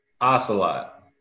Ocelot